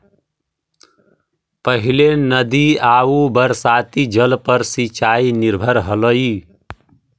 पहिले नदी आउ बरसाती जल पर सिंचाई निर्भर हलई